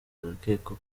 harakekwa